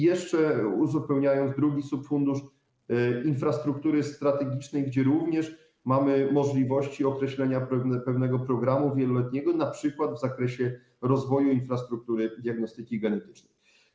Jeśli chodzi o drugi subfundusz, infrastruktury strategicznej, również mamy możliwość określenia pewnego programu wieloletniego, np. w zakresie rozwoju infrastruktury diagnostyki genetycznej.